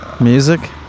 Music